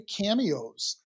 cameos